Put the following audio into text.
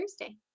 Thursday